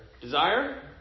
Desire